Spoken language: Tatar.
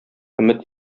өмет